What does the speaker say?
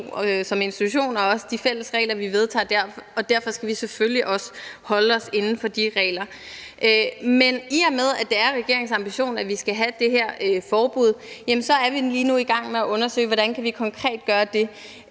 som institution og om de fælles regler, som vi vedtager der, og derfor skal vi selvfølgelig også holde os inden for de regler. Men i og med at det er regeringens ambition, at vi skal have det her forbud, er vi lige nu i gang med at undersøge, hvordan vi konkret kan gøre det.